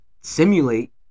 simulate